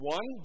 One